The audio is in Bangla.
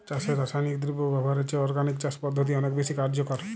চাষে রাসায়নিক দ্রব্য ব্যবহারের চেয়ে অর্গানিক চাষ পদ্ধতি অনেক বেশি কার্যকর